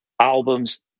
albums